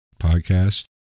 Podcast